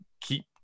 keep